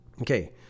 Okay